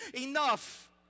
enough